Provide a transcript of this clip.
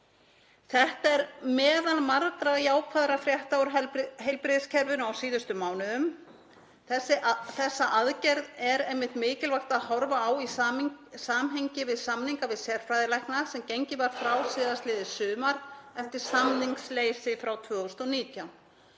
Þetta er meðal margra jákvæðra frétta úr heilbrigðiskerfinu á síðustu mánuðum. Þessa aðgerð er einmitt mikilvægt að horfa á í samhengi við samninga við sérfræðilækna sem gengið var frá síðastliðið sumar eftir samningsleysi frá 2019.